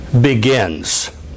begins